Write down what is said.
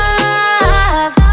love